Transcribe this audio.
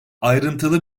ayrıntılı